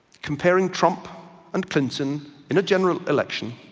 comparing trump and clinton in a general election,